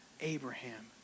Abraham